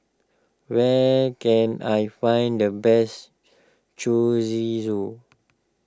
where can I find the best Chorizo